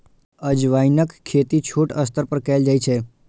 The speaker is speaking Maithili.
अजवाइनक खेती छोट स्तर पर कैल जाइ छै